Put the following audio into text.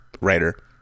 writer